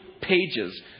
pages